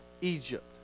Egypt